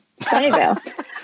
Sunnyvale